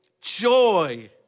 Joy